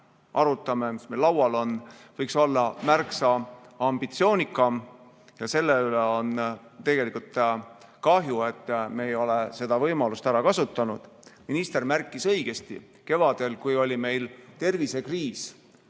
ja see, mis meil praegu laual on, võiks olla märksa ambitsioonikam. Sellest on tegelikult kahju, et me ei ole seda võimalust ära kasutanud. Minister märkis õigesti: kevadel, kui oli meil tervisekriis,